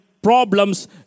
Problems